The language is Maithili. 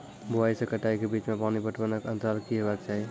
बुआई से कटाई के बीच मे पानि पटबनक अन्तराल की हेबाक चाही?